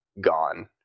gone